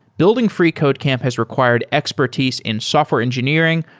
building freecodecamp has required expertise in software engineering,